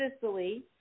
Sicily